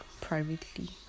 privately